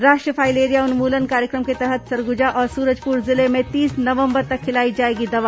राष्ट्रीय फाइलेरिया उन्मूलन कार्यक्रम के तहत सरगुजा और सूरजपुर जिले में तीस नवंबर तक खिलाई जाएगी दवा